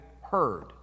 heard